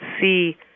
see